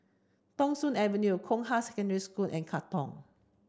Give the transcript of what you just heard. Thong Soon Avenue Hong Kah Secondary School and Katong